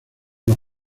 los